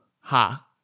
Ha